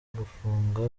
gufunga